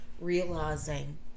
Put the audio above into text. realizing